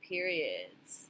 periods